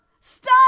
Stop